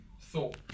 thought